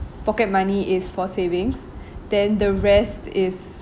pocket money is for savings than the rest is